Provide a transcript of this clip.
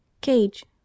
cage